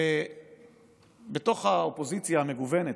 ובתוך האופוזיציה המגוונת,